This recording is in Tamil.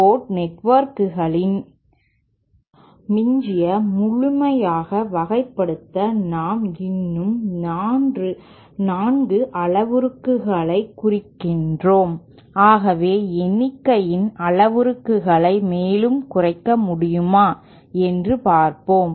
எனவே 2 போர்ட் நெட்வொர்கின் மீன்ஐ முழுமையாக வகைப்படுத்த நாம் இன்னும் 4 அளவுருக்களைக் குறிக்கிறோம் ஆகவே எண்ணிக்கையின் அளவுருக்களை மேலும் குறைக்க முடியுமா என்று பார்ப்போம்